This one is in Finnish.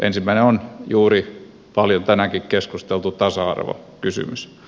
ensimmäinen on juuri paljon tänäänkin keskusteltu tasa arvokysymys